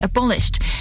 abolished